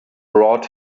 brought